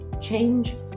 change